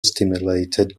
stimulated